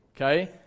Okay